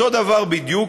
אותו הדבר בדיוק,